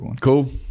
cool